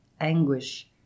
anguish